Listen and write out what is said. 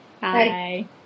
Bye